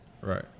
Right